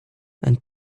and